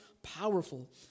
powerful